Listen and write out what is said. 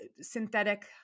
synthetic